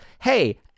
hey